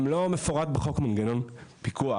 גם לא מפורט בחוק מנגנון פיקוח.